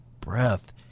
breath